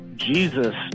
Jesus